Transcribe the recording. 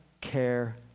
care